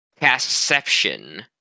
Castception